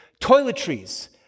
toiletries